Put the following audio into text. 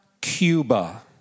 Cuba